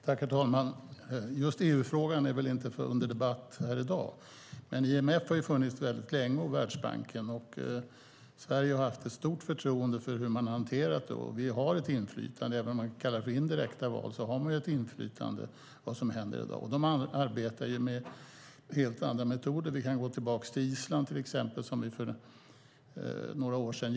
Herr talman! EU-frågan är väl inte föremål för debatt här i dag. IMF och Världsbanken har funnits väldigt länge. Sverige har haft ett stort förtroende för hur de har hanterat detta, och vi har ett inflytande. Även om man kallar det indirekta val har vi ett inflytande på vad som händer i dag. De arbetar med helt andra metoder. Vi kan till exempel gå tillbaka till Island som vi hjälpte för några år sedan.